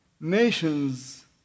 nations